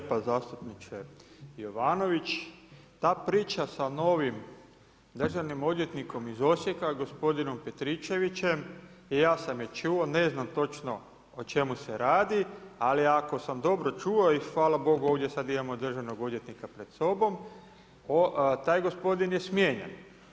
Hvala lijepo zastupniče Jovanović, ta priča sa novim državnim odvjetnikom iz Osijeka, gospodinom Petričevićem i ja sam ju čuo, ne znam točno o čemu se radi, ali ako sam dobro čuo i hvala Bogu, ovdje sada imamo državnog odvjetnika pred sobom, taj gospodin je smijenjen.